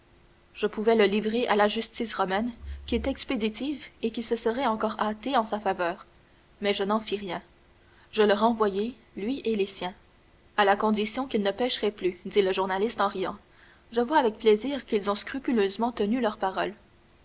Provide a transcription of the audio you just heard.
je pouvais le livrer à la justice romaine qui est expéditive et qui se serait encore hâtée en sa faveur mais je n'en fis rien je le renvoyai lui et les siens à la condition qu'ils ne pécheraient plus dit le journaliste en riant je vois avec plaisir qu'ils ont scrupuleusement tenu leur parole